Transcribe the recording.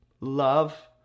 love